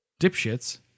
dipshits